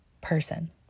person